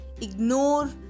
ignore